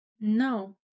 No